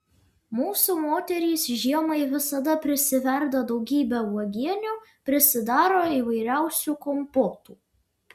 mūsų moterys žiemai visada prisiverda daugybę uogienių prisidaro įvairiausių kompotų